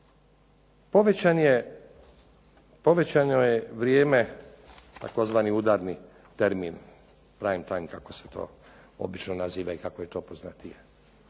Povećano je vrijeme tzv. udarni termin, prime time kako se to obično naziva, i kako je to poznatije.